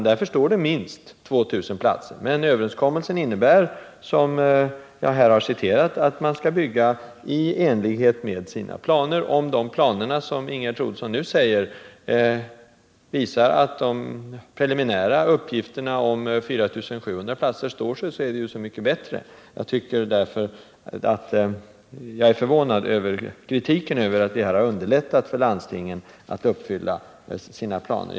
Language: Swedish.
Därför står det ”minst 2 000 platser”, men överenskommelsen innebär, som jag här har citerat, att man skall bygga i enlighet med sina planer. Om de planerna, som Ingegerd Troedsson nu säger, visar att de preliminära uppgifterna om 4 700 platser står sig, är det ju så mycket bättre. Jag är förvånad över kritiken, när vi har underlättat för landstingen att genomföra sina planer.